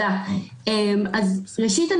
ראשית,